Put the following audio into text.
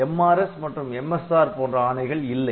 MRS மற்றும் MSR போன்ற ஆணைகள் இல்லை